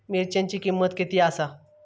मिरच्यांची किंमत किती आसा?